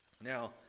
Now